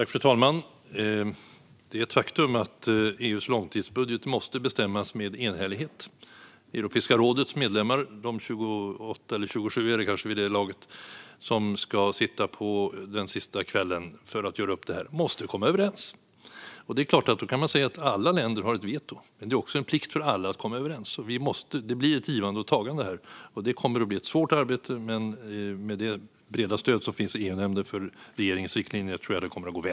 Fru talman! Det är ett faktum att EU:s långtidsbudget måste bestämmas med enhällighet. Europeiska rådets 28 medlemmar, eller kanske 27 vid det laget, som ska sitta den sista kvällen och göra upp det här måste komma överens. Det är klart att då kan man säga att alla länder har ett veto. Men det är också en plikt för alla att komma överens, och då blir det ett givande och ett tagande. Det kommer att bli ett svårt arbete, men med det breda stöd som finns i EU-nämnden för regeringens riktlinje tror jag att det kommer att gå väl.